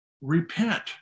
repent